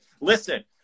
listen